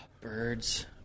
birds